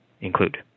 include